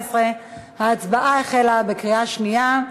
2014. ההצבעה החלה, בקריאה שנייה.